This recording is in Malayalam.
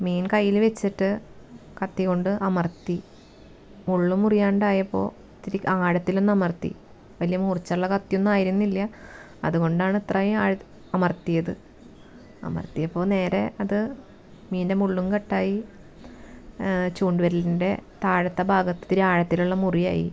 മീൻ കൈയിൽ വച്ചിട്ട് കത്തി കൊണ്ട് അമർത്തി മുള്ളു മുറിയാതായപ്പോൾ ഇത്തിരി ആഴത്തിൽ ഒന്ന് അമർത്തി വലിയ മൂർച്ചയുള്ള കത്തിയൊന്നും ആയിരുന്നില്ല അതുകൊണ്ടാണ് അത്രയും അമർത്തിയത് അമർത്തിയപ്പോൾ നേരെ അത് മീൻ്റെ മുള്ളും കട്ടായി ചൂണ്ടുവിരലിൻ്റെ താഴത്തെ ഭാഗത്ത് ഇത്തിരി ആഴത്തിലുള്ള മുറിയായി